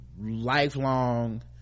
lifelong